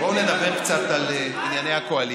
בואו נדבר קצת על ענייני הקואליציה.